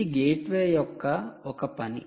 ఇది గేట్వే యొక్క ఒక పని